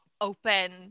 open